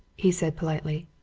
he said politely.